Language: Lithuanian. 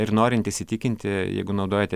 ir norint įsitikinti jeigu naudojate